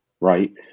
right